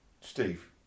Steve